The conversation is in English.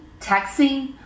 texting